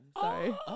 Sorry